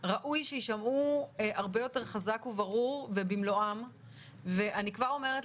ראוי שיישמעו הרבה יותר חזק וברור ובמלואם ואני כבר אומרת